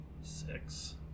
Six